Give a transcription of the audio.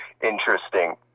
interesting